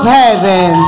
heaven